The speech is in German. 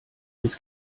bis